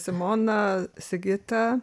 simona sigita